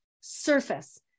surface